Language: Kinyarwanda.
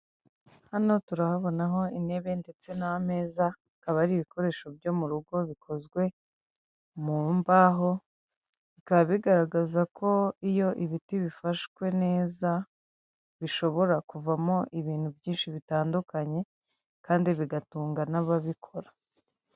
Hano turahabonaho intebe ndetse n'ameza, akaba ari ibikoresho byo mu rugo bikozwe mu mbaho, bikaba bigaragaza ko iyo ibiti bifashwe neza bishobora kuvamo ibintu byinshi bitandukanye, kandi bigatunga n'ababikora.